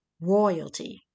royalty